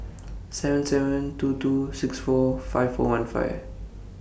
seven seven two two six four five four one five